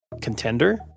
contender